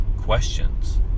questions